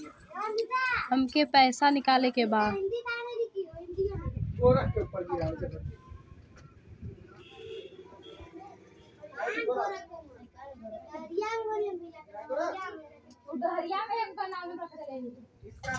हमके पैसा निकाले के बा